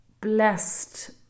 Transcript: blessed